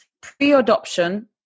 pre-adoption